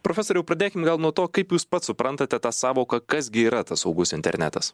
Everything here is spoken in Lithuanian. profesoriau pradėkim gal nuo to kaip jūs pats suprantate tą sąvoką kas gi yra tas saugus internetas